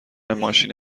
ماشین